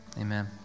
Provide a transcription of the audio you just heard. amen